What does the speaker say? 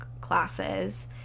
classes